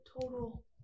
total